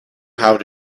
how